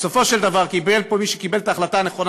בסופו של דבר קיבל פה מי שקיבל את ההחלטה הנכונה,